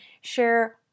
share